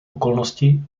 okolnosti